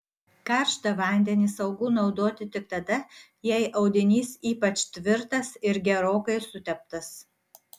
karštą vandenį saugu naudoti tik tada jei audinys ypač tvirtas ir gerokai suteptas